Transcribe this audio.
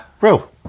real